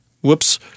whoops